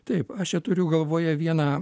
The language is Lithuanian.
taip aš čia turiu galvoje vieną